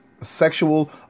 Sexual